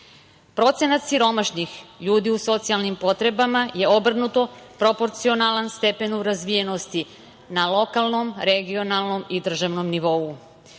Procenat siromašnih ljudi u socijalnim potrebama je obrnuto proporcionalan stepenu razvijenosti na lokalnom, regionalnom i državnom nivou. Kao